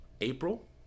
April